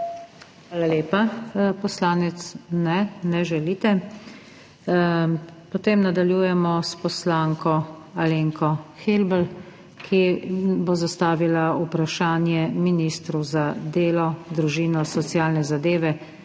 Hvala lepa. Poslanec … Ne, ne želite. Potem nadaljujemo s poslanko Alenko Helbl, ki bo zastavila vprašanje ministru za delo, družino, socialne zadeve